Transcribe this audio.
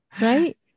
Right